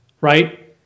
right